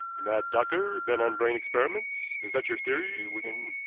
a mad doctor bent on brain experiments is that your theory, wigan?